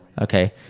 Okay